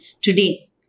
Today